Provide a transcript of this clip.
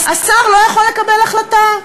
השר לא יכול לקבל החלטה,